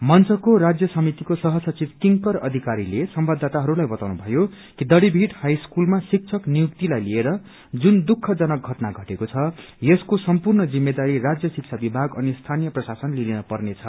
मंचको राज्य समितिको सह सचिव किंकर अधिकारीले संवाददाताहस्लाई आज बताउनु भयो कि दाङीभीट हाई स्कूलमा शिक्षक नियुक्तिलाई लिएर जुन दुःख जनक घटना घटेको छ यसको सम्पूर्ण जिम्मेदारी राज्य शिक्षा विभाग अनि स्थानीय प्रशासनले लिन पर्नेछ